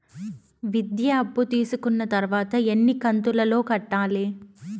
విద్య అప్పు తీసుకున్న తర్వాత ఎన్ని కంతుల లో కట్టాలి?